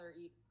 eat